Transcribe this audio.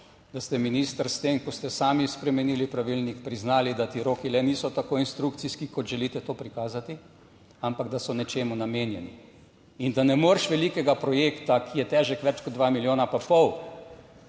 da ste, minister s tem, ko ste sami spremenili pravilnik, priznali, da ti roki le niso tako instrukcijski, kot želite to prikazati, ampak da so nečemu namenjeni in da ne moreš velikega projekta, ki je težek več kot dva milijona pa pol,